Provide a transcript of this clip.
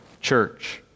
church